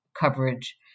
coverage